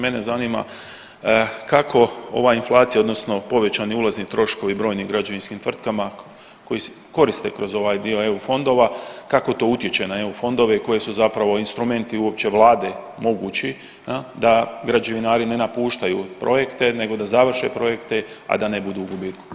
Mene zanima kako ova inflacija, odnosno povećani ulazni troškovi brojnim građevinskim tvrtkama koje se koriste kroz ovaj dio EU fondova, kako to utječe na EU fondove i koji su zapravo instrumenti uopće Vlade mogući, je li, da građevinari ne napuštaju projekte nego da završe projekte, a da ne budu u gubitku?